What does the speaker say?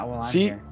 See